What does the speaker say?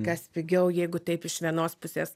kas pigiau jeigu taip iš vienos pusės